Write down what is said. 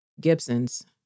Gibson's